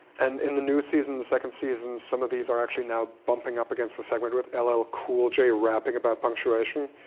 and in the new season, the second season, some of these are actually now bumping up against the segment with ll ah ll cool j rapping about punctuation.